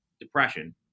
depression